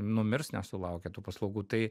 numirs nesulaukę tų paslaugų tai